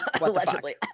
Allegedly